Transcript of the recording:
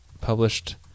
published